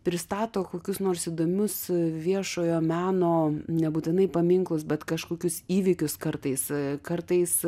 pristato kokius nors įdomius viešojo meno nebūtinai paminklus bet kažkokius įvykius kartais kartais